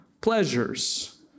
pleasures